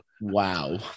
Wow